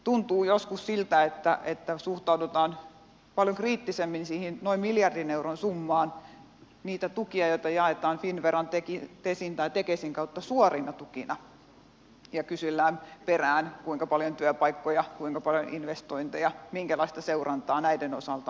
tuntuu joskus siltä että paljon kriittisemmin suhtaudutaan siihen noin miljardin euron summaan niihin tukiin joita jaetaan finnveran tesin tai tekesin kautta suorina tukina ja joiden perään kysellään kuinka paljon työpaikkoja kuinka paljon investointeja minkälaista seurantaa näiden osalta on tehty